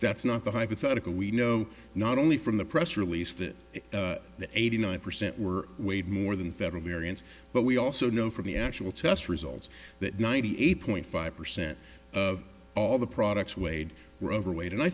that's not the hypothetical we know not only from the press release that the eighty nine percent were weighed more than federal variance but we also know from the actual test results that ninety eight point five percent of all the products weighed were overweight and i